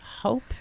hope